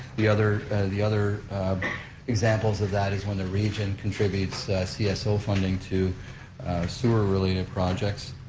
the other the other examples of that is when the region contributes cso funding to sewer-related projects.